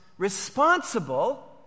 responsible